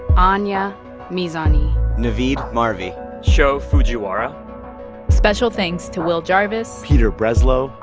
anya mizani navid marvi sho fujiwara special thanks to will jarvis. peter breslow.